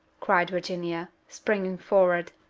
cried virginia, springing forward,